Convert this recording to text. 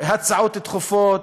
הצעות דחופות,